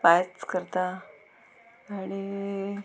पांयस करता आनी